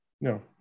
No